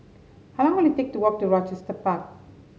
how long will it take to walk to Rochester Park